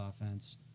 offense